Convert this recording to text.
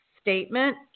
statement